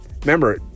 remember